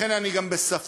לכן אני גם בספק